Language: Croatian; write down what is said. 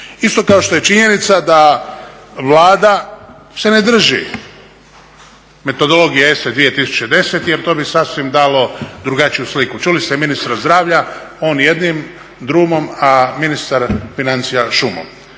Isto kao što je činjenica da Vlada se ne drži metodologija ESA 2010 jer to bi sasvim dalo drugačiju sliku. Čuli ste ministra zdravlja, on jednim drumom, a ministar financija šumom.